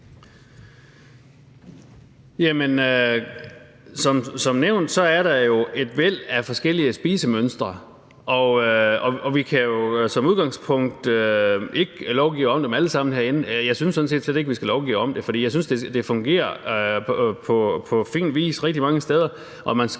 Som nævnt er der jo et væld af forskellige spisemønstre, og vi kan som udgangspunkt ikke lovgive om dem alle sammen herindefra. Jeg synes sådan set slet ikke, at vi skal lovgive om det, for jeg synes, det fungerer på fin vis rigtig mange steder,